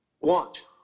want